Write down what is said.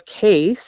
case